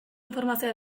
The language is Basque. informazioa